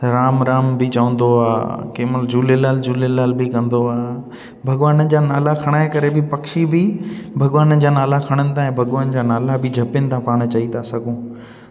राम राम बि चवंदो आहे कंहिं महिल झूलेलाल झूलेलाल बि कंदो आहे भॻवाननि जा नाला खणाए करे बि पक्षी बि भॻवाननि जा नाला खणंदा ऐं भॻवान जा नाला बि जपनि था पाण चई था सघूं